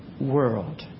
world